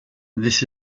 this